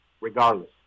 regardless